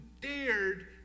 dared